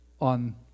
on